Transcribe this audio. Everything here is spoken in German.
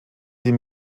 sie